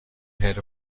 head